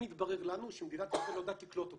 יתברר לנו שמדינת ישראל לא יודעת לקלוט אותם.